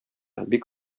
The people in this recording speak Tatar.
бик